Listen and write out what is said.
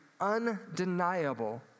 undeniable